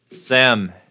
Sam